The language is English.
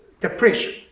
depression